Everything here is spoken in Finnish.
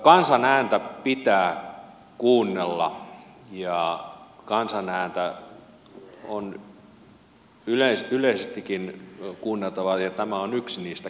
kansan ääntä pitää kuunnella ja kansan ääntä on yleisestikin kuunneltava ja tämä on yksi niistä keinoista